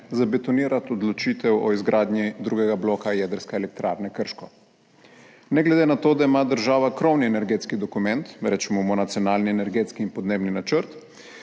zabetonirati odločitev o izgradnji drugega bloka jedrske elektrarne Krško. Ne glede na to, da ima država krovni energetski dokument, rečemo mu Nacionalni energetski in podnebni načrt,